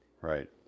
right